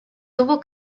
tuvo